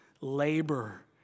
labor